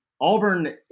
Auburn